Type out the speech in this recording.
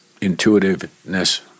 intuitiveness